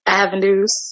avenues